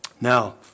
Now